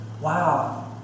wow